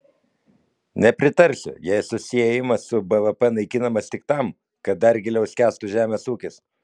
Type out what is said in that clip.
nepritarsiu jei susiejimas su bvp naikinamas tik tam kad dar giliau skęstų žemės ūkis